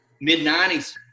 mid-90s